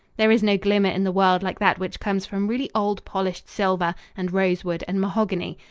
there is no glimmer in the world like that which comes from really old polished silver and rosewood and mahogany,